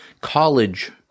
college